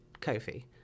Kofi